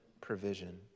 provision